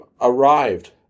arrived